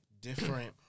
different